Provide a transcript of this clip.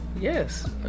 yes